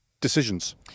decisions